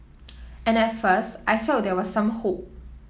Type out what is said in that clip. and at first I felt there was some hope